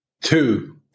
two